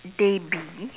they be